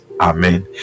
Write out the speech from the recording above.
Amen